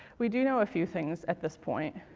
we do know a few things at this point.